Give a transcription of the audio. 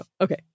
okay